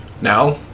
now